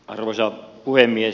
arvoisa puhemies